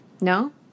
No